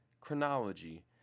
Chronology